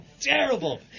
Terrible